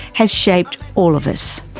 has shaped all of us.